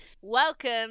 Welcome